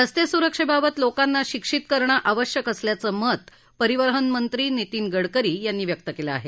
रस्ते सुरक्षेबाबत लोकांना शिक्षित करणं आवश्यक असल्याचं मत परिवहन मंत्री नितीन गडकरी यांनी व्यक्त केलं आहे